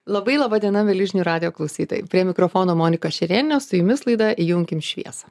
labai laba diena mieli žinių radijo klausytojai prie mikrofono monika šerėnienė su jumis laida įjunkim šviesą